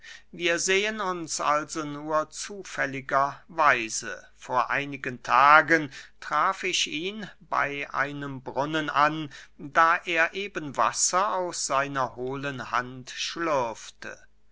wir sehen uns also nur zufälliger weise vor einigen tagen traf ich ihn bey einem brunnen an da er eben wasser aus seiner hohlen hand schlürfte